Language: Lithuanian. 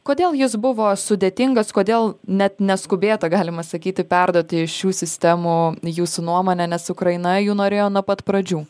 kodėl jis buvo sudėtingas kodėl net neskubėta galima sakyti perduoti šių sistemų jūsų nuomone nes ukraina jų norėjo nuo pat pradžių